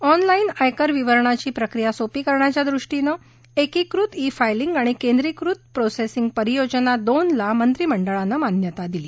online आयकर विवरणाची प्रक्रिया सोपी करण्याच्या उद्देशानं एकीकृत ई फाईलिंग आणि केंद्रीकृत प्रोसेसिंग परियोजना दोन ला मंत्रीमंडळानं मान्यता दिली